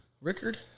Rickard